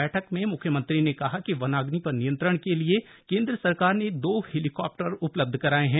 बैठक मं म्ख्यमंत्री ने कहा कि वनाग्नि पर नियंत्रण के लिए केंद्र सरकार ने दो हेलीकॉप्टर उपलब्ध कराये हैं